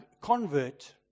convert